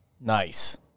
Nice